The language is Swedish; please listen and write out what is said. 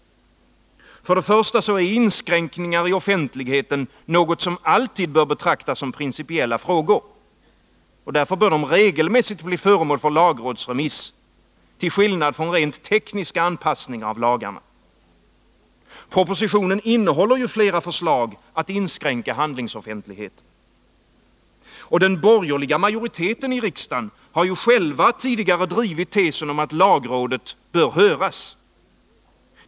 För det första är inskränkningar i offentligheten något som alltid bör betraktas som principiella frågor. Därför bör de regelmässigt bli föremål för lagrådsremiss, till skillnad från rent tekniska anpassningar av lagarna. Propositionen innehåller flera förslag att inskränka handlingsoffentligheten. Den borgerliga majoriteten i riksdagen Nr 27 har ju själv drivit tesen om att lagrådet bör höras.